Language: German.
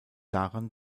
daran